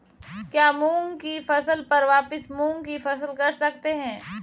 क्या मूंग की फसल पर वापिस मूंग की फसल कर सकते हैं?